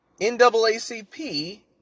NAACP